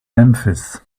memphis